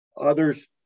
others